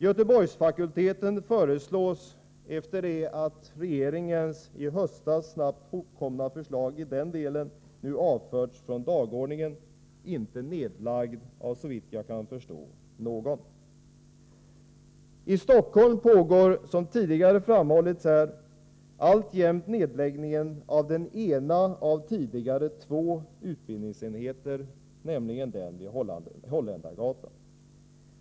Göteborgsfakulteten föreslås — efter det att regeringens i höstas snabbt hopkomna förslag i den delen nu avförts från dagordningen — inte nedlagd av någon, såvitt jag kan förstå. I Stockholm pågår, som här tidigare framhållits, alltjämt nedläggningen av den ena av tidigare två utbildningsenheter, nämligen den vid Holländargatan.